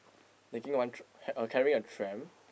taking one tr~ uh carrying a tram